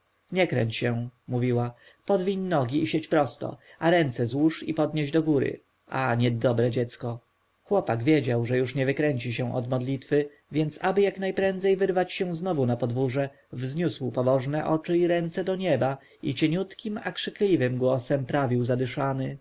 nie kręć się mówiła podwiń nogi i siedź prosto a ręce złóż i podnieś dogóry a niedobre dziecko chłopak wiedział że już nie wykręci się od modlitwy więc aby jak najprędzej wyrwać się znowu na podwórze wzniósł pobożnie oczy i ręce do nieba i cieniutkim a krzykliwym głosem prawił zadyszany